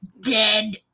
dead